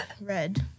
red